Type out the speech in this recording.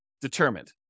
determined